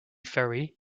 ferry